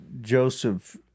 Joseph